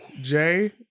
Jay